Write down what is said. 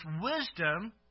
wisdom